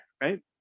right